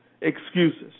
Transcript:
excuses